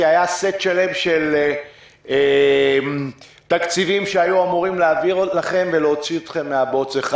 היה סט שלם של תקציבים שהיו אמורים להעביר אליכם ולהוציא אתכם מהבוץ.